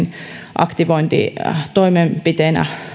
aktivointitoimenpiteinä